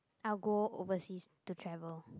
I'll go overseas to travel